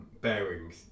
Bearings